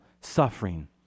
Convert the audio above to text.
suffering